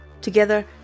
together